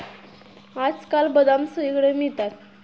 आजकाल बदाम सगळीकडे मिळतात